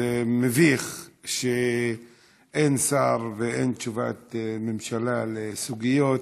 שזה מביך שאין שר ואין תשובת ממשלה על סוגיות